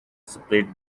split